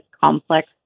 complex